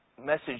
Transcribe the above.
message